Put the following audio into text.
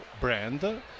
brand